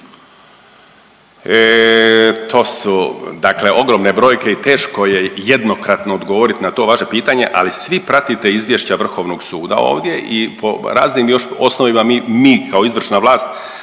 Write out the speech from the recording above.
to su dakle ogromne brojke i teško je jednokratno odgovorit na to vaše pitanje, ali svi pratite izvješća vrhovnog suda ovdje i po raznim još osnovama mi, mi kao izvršna vlas